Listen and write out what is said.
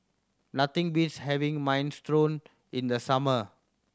nothing beats having Minestrone in the summer